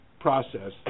Process